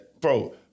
Bro